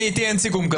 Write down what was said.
איתי אין סיכום כזה.